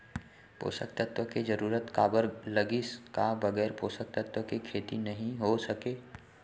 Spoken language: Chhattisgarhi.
पोसक तत्व के जरूरत काबर लगिस, का बगैर पोसक तत्व के खेती नही हो सके?